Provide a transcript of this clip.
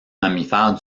mammifère